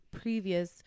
previous